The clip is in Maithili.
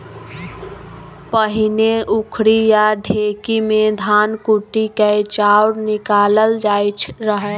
पहिने उखरि या ढेकी मे धान कुटि कए चाउर निकालल जाइ रहय